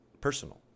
personal